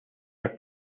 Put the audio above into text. her